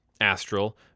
Astral